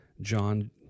john